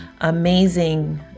amazing